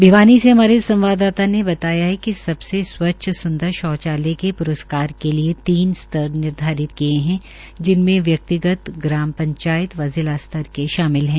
भिवानी से हमारे संवाददाता ने बताया है कि सबसे स्वच्छ सुदंर शौचालय के प्रस्कार के लिये तीन स्तर निर्धारित किए गये है जिसमें व्यक्तिगत ग्राम पंचायत व जिला स्तर के शामिल है